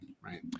right